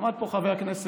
עמד פה חבר הכנסת